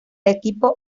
equipo